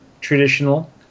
traditional